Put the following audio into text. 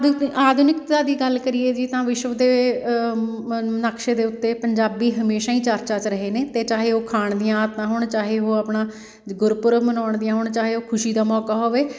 ਆਧੁ ਆਧੁਨਿਕਤਾ ਦੀ ਗੱਲ ਕਰੀਏ ਜੀ ਤਾਂ ਵਿਸ਼ਵ ਦੇ ਨਕਸ਼ੇ ਦੇ ਉੱਤੇ ਪੰਜਾਬੀ ਹਮੇਸ਼ਾ ਹੀ ਚਰਚਾ 'ਚ ਰਹੇ ਨੇ ਅਤੇ ਚਾਹੇ ਉਹ ਖਾਣ ਦੀਆਂ ਆਦਤਾਂ ਹੋਣ ਚਾਹੇ ਉਹ ਆਪਣਾ ਗੁਰਪੁਰਬ ਮਨਾਉਣ ਦੀਆਂ ਹੋਣ ਚਾਹੇ ਉਹ ਖੁਸ਼ੀ ਦਾ ਮੌਕਾ ਹੋਵੇ